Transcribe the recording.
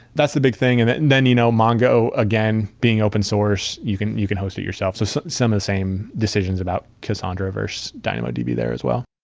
that's the big thing. and then then you know mongo, again, being open source, you can you can host it yourself. so some some of the same decisions about cassandra versus dynamodb there as well.